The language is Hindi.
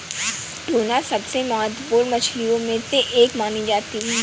टूना सबसे महत्त्वपूर्ण मछलियों में से एक मानी जाती है